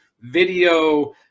video